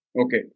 Okay